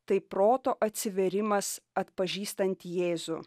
tai proto atsivėrimas atpažįstant jėzų